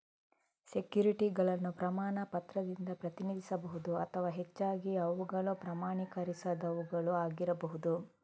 ಸೆಕ್ಯುರಿಟಿಗಳನ್ನು ಪ್ರಮಾಣ ಪತ್ರದಿಂದ ಪ್ರತಿನಿಧಿಸಬಹುದು ಅಥವಾ ಹೆಚ್ಚಾಗಿ ಅವುಗಳು ಪ್ರಮಾಣೀಕರಿಸದವುಗಳು ಆಗಿರಬಹುದು